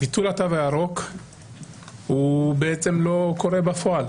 ביטול התו הירוק לא קורה בפועל.